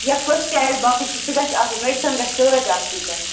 یا first aid box چھُ سُہ گژھِ آسُن میڈِسَن گَژھِ سۭتۍ آسٕنۍ تۄہہِ